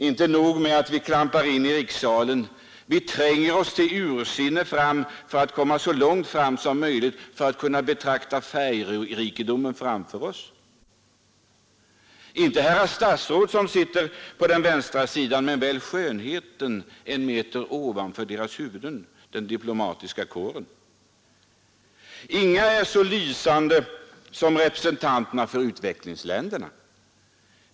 Inte nog med att vi klampar in i rikssalen, utan vi tränger oss in med ursinne för att komma så långt fram som möjligt och kunna betrakta färgrikedomen framför oss — inte herrar statsråd som sitter på den vänstra sidan men väl skönheten en meter ovanför deras huvuden, den diplomatiska kåren. Inga är så lysande som representanterna för utvecklingsländerna.